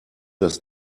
das